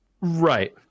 Right